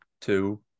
two